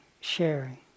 sharing